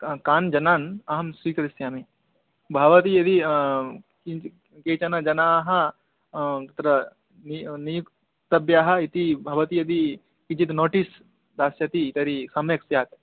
क कान् जनान् अहं स्वीकरिष्यामि भवती यदि के केचन जनाः तत्र नी नियुक्तव्याः इति भवती यदि किञ्चित् नोटीस् दास्यति तर्हि सम्यक् स्यात्